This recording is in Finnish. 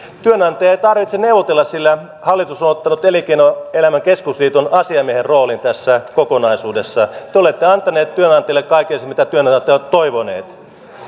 työnantajan ei tarvitse neuvotella sillä hallitus on ottanut elinkeinoelämän keskusliiton asiamiehen roolin tässä kokonaisuudessa te olette antaneet työnantajille kaiken sen mitä työnantajat ovat toivoneet